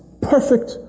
perfect